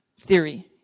theory